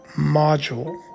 module